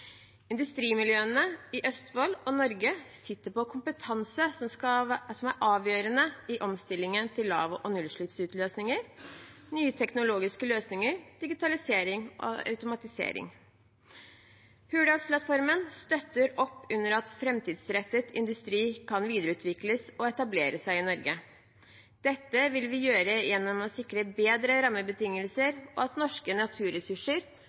Industrimiljøene i Østfold og Norge sitter på kompetanse som er avgjørende i omstillingen til lav- og nullutslippsløsninger, nye teknologiske løsninger, digitalisering og automatisering. Hurdalsplattformen støtter opp under at framtidsrettet industri kan videreutvikles og etablere seg i Norge. Dette vil vi gjøre gjennom å sikre bedre rammebetingelser og at norske naturressurser,